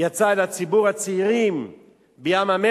יצא אל ציבור הצעירים בים-המלח.